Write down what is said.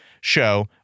show